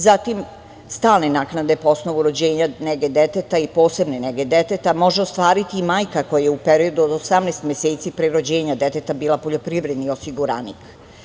Zatim, stalne naknade po osnovu rođenja, nege deteta i posebne nege deteta, može ostvariti i majka koja je u periodu od 18 meseci pre rođenja deteta bila poljoprivredni osiguranik.